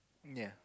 yea